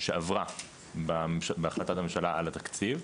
על התקציב.